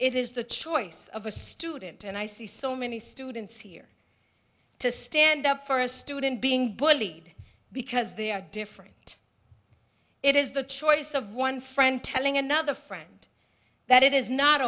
it is the choice of a student and i see so many students here to stand up for a student being bullied because they are different it is the choice of one friend telling another friend that it is not